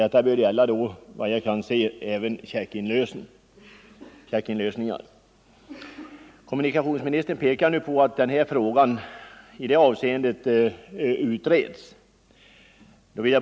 De bör även kunna lösa in checkar. Den frågan skall emellertid, säger kommunikationsministern, utredas särskilt.